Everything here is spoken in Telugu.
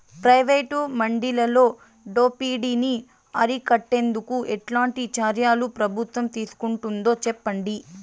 ప్రైవేటు మండీలలో దోపిడీ ని అరికట్టేందుకు ఎట్లాంటి చర్యలు ప్రభుత్వం తీసుకుంటుందో చెప్పండి?